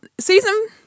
season